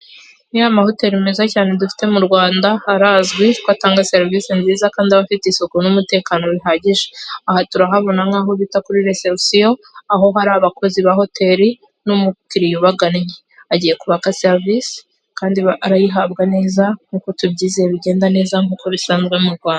Ni ya mahoteli meza cyane dufite mu Rwanda harazwi ko hatanga serivisi nziza kandi aba afite isuku n'umutekano bihagije, aha turahabona nkaho aho bita kuri resepusiyo, aho hari abakozi ba hoteri n'umukiriya ubagannye agiye kubaka serivisi kandi arayihabwa neza nkuko tubyizeye bigenda neza nk' ibisanzwe mu Rwanda.